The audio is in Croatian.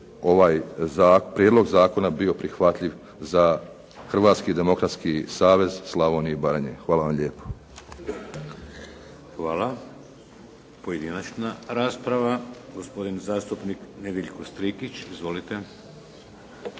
ovaj prijedlog zakona bio prihvatljiv za Hrvatski demokratski savez Slavonije i Baranje. Hvala vam lijepo. **Šeks, Vladimir (HDZ)** Hvala. Pojedinačna rasprava. Gospodin zastupnik Nedjeljko Strikić. Izvolite.